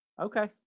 Okay